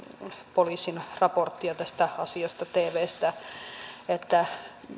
poliisin raporttia tästä asiasta tvstä että